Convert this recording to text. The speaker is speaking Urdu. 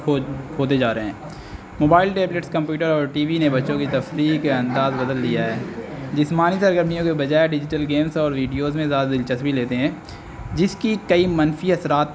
کھو کھوتے جا رہے ہیں موبائل ٹیبلیٹس کمپیوٹر اور ٹی وی نے بچوں کی تفریح کے انداز بدل دیا ہے جسمانی سرگرمیوں کے بجائے ڈیجیٹل گیمز اور ویڈیوز میں زیادہ دلچسپی لیتے ہیں جس کی کئی منفی اثرات